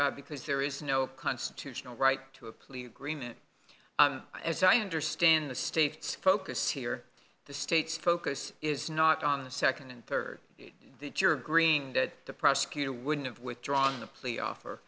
b because there is no constitutional right to a plea agreement as i understand the state's focus here the state's focus is not on the nd and rd that you're agreeing that the prosecutor wouldn't have withdrawn the plea offer